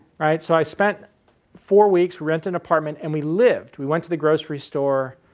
right? so, i spent four weeks, rent an apartment and we lived. we went to the grocery store.